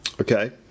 Okay